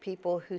people who